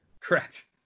correct